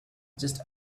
just